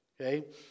okay